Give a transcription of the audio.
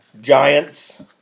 Giants